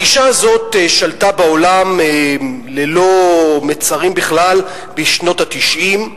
הגישה הזאת שלטה בעולם ללא מצרים בכלל בשנות ה-90.